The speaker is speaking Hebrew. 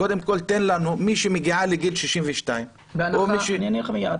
קודם כול, מי שמגיעה לגיל 62 -- אגיד לך מיד: